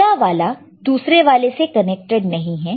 अगला वाला दूसरे वाले से कनेक्टेड नहीं है